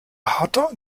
harter